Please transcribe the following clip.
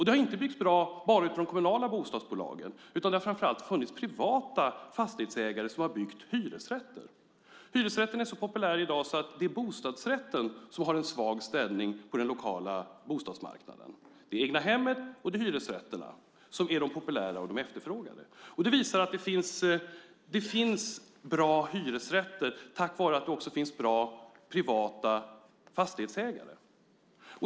Det har inte byggts bra bara av de kommunala bostadsbolagen, utan det har framför allt funnits privata fastighetsägare som har byggt hyresrätter. Hyresrätten är så populär i dag att det är bostadsrätten som har en svag ställning på den lokala bostadsmarknaden. Det är egnahemmen och hyresrätten som är de populära och de efterfrågade. Det visar att det finns bra hyresrätter tack vare att det också finns bra privata fastighetsägare.